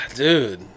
Dude